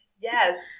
yes